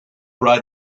right